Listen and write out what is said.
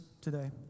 today